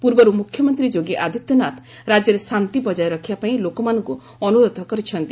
ପୂର୍ବରୁ ମୁଖ୍ୟମନ୍ତ୍ରୀ ଯୋଗୀ ଆଦିତ୍ୟନାଥ ରାଜ୍ୟରେ ଶାନ୍ତି ବଜାୟ ରଖିବାପାଇଁ ଲୋକମାନଙ୍କୁ ଅନୁରୋଧ କରିଛନ୍ତି